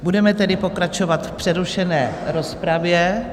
Budeme tedy pokračovat v přerušené rozpravě.